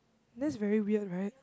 that's very weird right